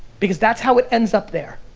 because that's how it ends up there.